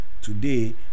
today